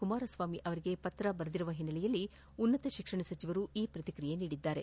ಕುಮಾರಸ್ವಾಮಿ ಅವರಿಗೆ ಪತ್ರ ಬರೆದಿರುವ ಹಿನ್ನೆಲೆಯಲ್ಲಿ ಉನ್ನತ ಶಿಕ್ಷಣ ಸಚಿವರು ಈ ಪ್ರತಿಕ್ರಿಯೆ ನೀಡಿದ್ದಾರೆ